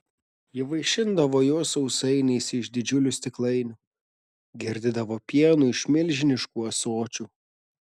ji vaišindavo juos sausainiais iš didžiulių stiklainių girdydavo pienu iš milžiniškų ąsočių